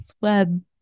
Web